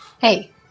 Hey